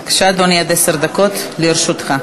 בבקשה, אדוני, עד עשר דקות לרשותך.